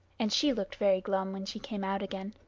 and she looked very glum when she came out again.